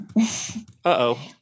Uh-oh